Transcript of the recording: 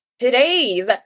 today's